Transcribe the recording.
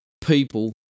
people